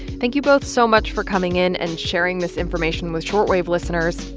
thank you both so much for coming in and sharing this information with short wave listeners.